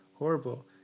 Horrible